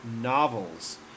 novels